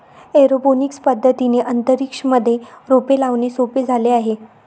aeroponics पद्धतीने अंतरिक्ष मध्ये रोपे लावणे सोपे झाले आहे